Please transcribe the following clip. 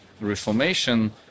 reformation